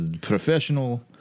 professional